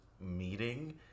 meeting